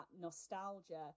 nostalgia